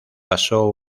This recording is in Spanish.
pasó